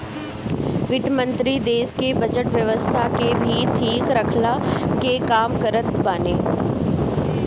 वित्त मंत्री देस के बजट व्यवस्था के भी ठीक रखला के काम करत बाने